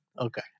Okay